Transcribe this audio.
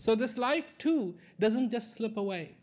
so this life too doesn't just slip away